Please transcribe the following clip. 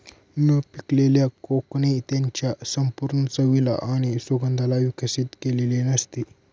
न पिकलेल्या कोकणे त्याच्या संपूर्ण चवीला आणि सुगंधाला विकसित केलेले नसते